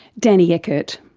danny eckert.